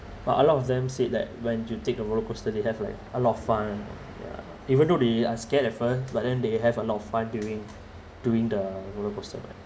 but a lot of them said that when you take a roller coaster they have like a lot of fun ya even though they are scared at first but then they have a lot of fun during during the roller coaster ride